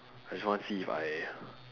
I just want see if I